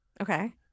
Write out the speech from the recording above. okay